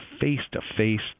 face-to-face